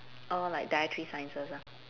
oh like dietary sciences ah